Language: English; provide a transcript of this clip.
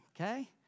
Okay